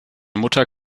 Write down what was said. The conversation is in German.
mutter